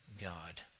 God